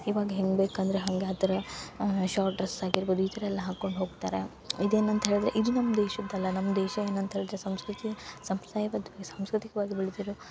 ಇವಾಗ ಹೆಂಗೆ ಬೇಕಂದರೆ ಹಂಗೆ ಆ ಥರ ಶಾರ್ಟ್ ಡ್ರಸ್ ಆಗಿರ್ಬೋದು ಈ ಥರ ಎಲ್ಲ ಹಾಕೊಂಡು ಹೋಗ್ತಾರೆ ಇದು ಏನಂತ ಹೇಳ್ದ್ರೆ ಇದು ನಮ್ಮ ದೇಶದಲ್ಲ ನಮ್ಮ ದೇಶ ಏನಂತ ಹೇಳ್ದ್ರೆ ಸಂಸ್ಕೃತಿ ಸಂಪ್ರದಾಯ ಬದ್ಧ ಸಾಂಸ್ಕೃತಿಕವಾಗಿ ಬೆಳ್ದಿರೋ